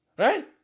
Right